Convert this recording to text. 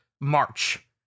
March